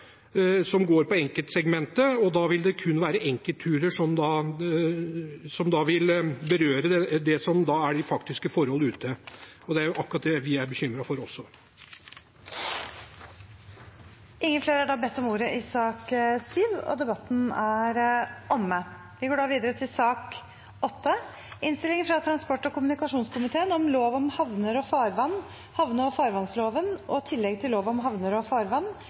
som loven foreslår, som går på enkeltsegmentet, vil det kun være enkeltturer som vil bli berørt av de faktiske forhold ute. Det er akkurat det vi er bekymret for også. Flere har ikke bedt om ordet til sak nr. 7. Etter ønske fra transport- og kommunikasjonskomiteen vil presidenten foreslå at taletiden blir begrenset til 5 minutter til hver partigruppe og